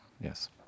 Yes